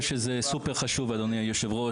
חשוב מאוד,